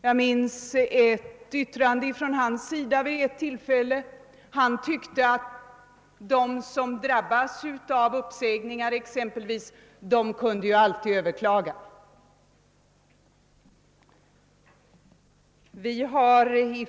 Jag minns ett yttrande av honom under en diskussion, då han sade, att de som exempelvis drabbades av uppsägning ju alltid kunde överklaga.